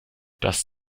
das